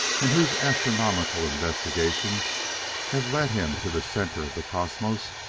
and whose astronomical investigations have led him to the center of the cosmos,